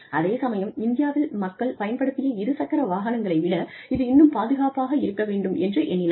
அதே சமயம் இந்தியாவில் மக்கள் பயன்படுத்திய இரு சக்கர வாகனங்களை விட இது இன்னும் பாதுகாப்பாக இருக்க வேண்டும் என்று எண்ணினார்